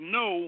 no